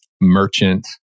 merchant